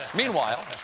meanwhile,